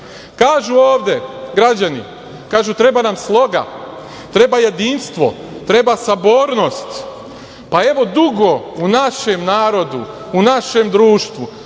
sada. Kažu ovde, građani, - treba nam sloga, treba jedinstvo, treba sabornost. Pa, evo, u našem narodu, u našem društvu,